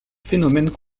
phénomène